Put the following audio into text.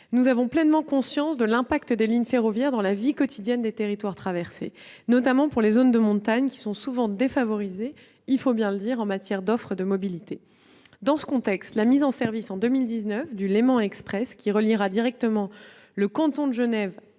Nous avons pleinement conscience de l'impact des lignes ferroviaires sur la vie quotidienne des territoires traversés, notamment pour les zones de montagne souvent défavorisées en matière d'offres de mobilité. Dans ce contexte, la mise en service, en 2019, du Léman Express, qui reliera directement le canton de Genève